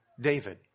David